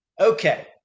Okay